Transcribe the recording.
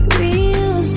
real